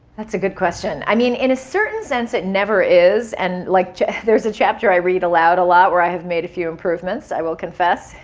that's a good question. i mean, in a certain sense it never is. and like there's a chapter i read aloud a lot where i have made a few improvements, i will confess.